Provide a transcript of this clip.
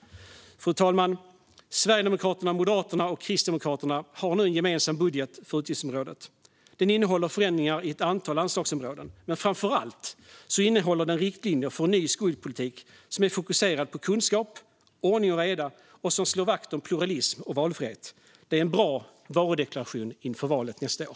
Fru talman! Sverigedemokraterna, Moderaterna och Kristdemokraterna har nu en gemensam budget för utgiftsområdet. Den innehåller förändringar i ett antal anslagsområden. Men framför allt innehåller den riktlinjer för en ny skolpolitik som är fokuserad på kunskap och ordning och reda och som slår vakt om pluralism och valfrihet. Det är en bra varudeklaration inför valet nästa år.